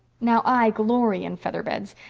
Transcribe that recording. now, i glory in feather-beds,